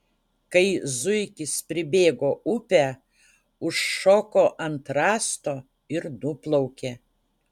kai zuikis pribėgo upę užšoko ant rąsto ir nuplaukė